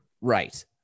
Right